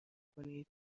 کنید